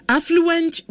Affluent